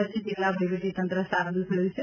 કચ્છ જિલ્લા વહીવટીતંત્ર સાબદું થયું છે